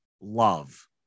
love